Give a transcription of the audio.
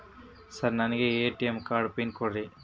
Sir ನನಗೆ ATM card pin ಕೊಡ್ರಿ?